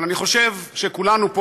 אבל אני חושב שכולנו פה,